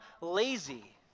lazy